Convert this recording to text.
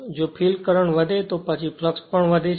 જો field current વધે છે તો પછી ફ્લક્ષ પણ તે કિસ્સામાં વધે છે